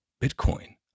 bitcoin